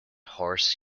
horse